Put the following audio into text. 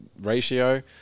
ratio